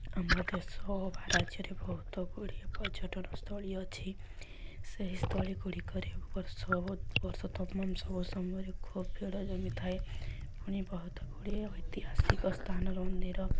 ଆମ ଦେଶ ବା ରାଜ୍ୟରେ ବହୁତ ଗୁଡ଼ିଏ ପର୍ଯ୍ୟଟନସ୍ଥଳୀ ଅଛି ସେହି ସ୍ଥଳୀ ଗୁଡ଼ିକରେ ବର୍ଷ ବର୍ଷ ତମାମ ସବୁ ସମୟରେ ଖୁବ୍ ଭିଡ଼ ଜମିଥାଏ ପୁଣି ବହୁତ ଗୁଡ଼ିଏ ଐତିହାସିକ ସ୍ଥାନ ମନ୍ଦିର